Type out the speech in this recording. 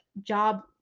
job